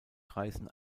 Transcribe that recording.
kreisen